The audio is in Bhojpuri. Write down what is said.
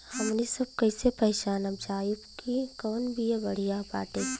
हमनी सभ कईसे पहचानब जाइब की कवन बिया बढ़ियां बाटे?